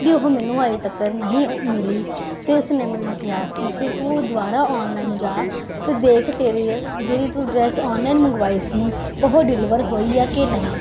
ਕੀ ਉਹ ਮੈਨੂੰ ਐ ਚੱਕਰ ਨਹੀਂ ਮਿਲੀ ਤੇ ਉਸਨੇ ਮੈਨੂੰ ਕਿਹਾ ਕਿ ਫਿਰ ਤੂੰ ਦੁਬਾਰਾ ਆਨਲਾਈਨ ਜਾ ਤੇ ਦੇਖ ਤੇਰੀ ਜਿਹੜੀ ਤੂੰ ਡਰੈਸ ਔਨਲਾਈਨ ਮੰਗਵਾਈ ਸੀ ਉਹ ਡਿਲੀਵਰ ਹੋਈ ਆ ਕਿ ਨਹੀਂ